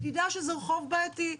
תדע שזה רחוב בעייתי'.